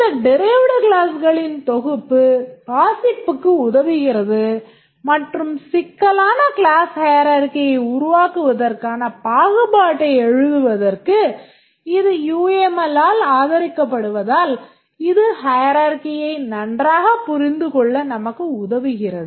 இந்த derived கிளாஸ்களின் தொகுப்பு வாசிப்புக்கு உதவுகிறது மற்றும் சிக்கலான class hierarchy ஐ உருவாக்குவதற்கான பாகுபாட்டை எழுதுவதற்கு இது UML ஆல் ஆதரிக்கப்படுவதால் இது hierarchyயை நன்றாக புரிந்து கொள்ள நமக்கு உதவுகிறது